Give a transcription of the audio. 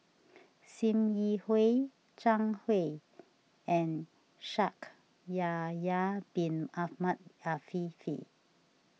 Sim Yi Hui Zhang Hui and Shaikh Yahya Bin Ahmed Afifi